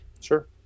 sure